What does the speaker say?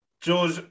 George